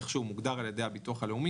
איך שהוא מוגדר על ידי הביטוח הלאומי,